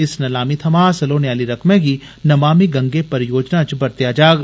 इस नलामी थमां हासल होने आली रकमै गी नमामी गंगे परियोजना च बरतेया जाग